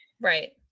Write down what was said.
right